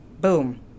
Boom